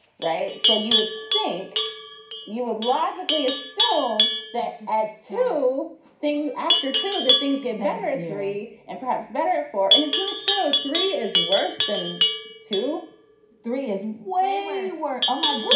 right? so you would think you would logically assume that adds two things after two, that things get better at three and perhaps better at four and it's not true. three is worse than two three is when we were um ah so